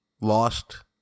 lost